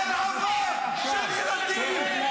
זה טבח של תושבי עזה.